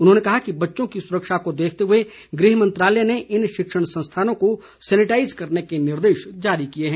उन्होंने कहा कि बच्चों की सुरक्षा को देखते हुए गृह मंत्रालय ने इन शिक्षण संस्थानों को सैनिटाइज़ करने के निर्देश जारी किए हैं